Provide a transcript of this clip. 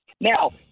Now